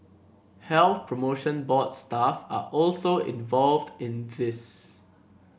Health Promotion Board staff are also involved in this